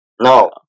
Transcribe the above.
no